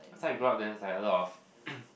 after I grow up then it's like a lot of